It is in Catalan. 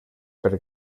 per